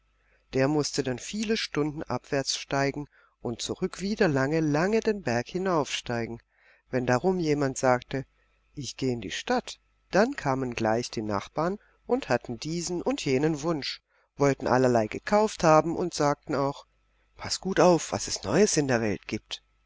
der mußte dann viele stunden abwärts steigen und zurück wieder lange lange den berg hinaufsteigen wenn darum jemand sagte ich geh in die stadt dann kamen gleich die nachbarn und hatten diesen und jenen wunsch wollten allerlei gekauft haben und sagten auch paß gut auf was es neues in der welt gibt